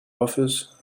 office